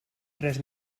tres